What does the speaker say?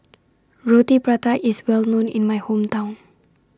Roti Prata IS Well known in My Hometown